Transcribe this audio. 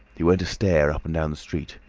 he went to stare up and down the street.